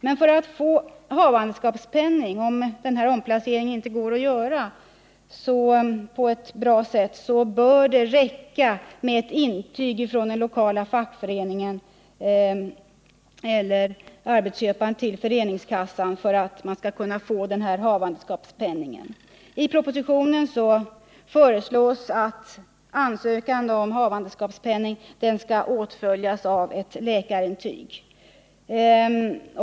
Men om omplacering inte går att genomföra på ett för den anställda godtagbart sätt, så bör det räcka med ett intyg från den lokala fackföreningen eller arbetsköparen till försäkringskassan för att havandeskapspenning skall kunna utgå. I propositionen föreslås att ansökan om havandeskapspenning skall åtföljas av läkarintyg.